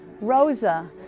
Rosa